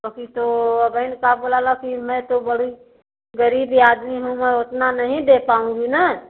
अभी तो अबहिन का बोला ला कि मैं तो बड़ी गरीबी आदमी हूँ मैं उतना नहीं दे पाऊँगी ना